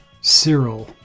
Cyril